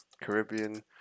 caribbean